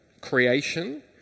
creation